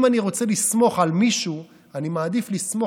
אם אני רוצה לסמוך על מישהו אני מעדיף לסמוך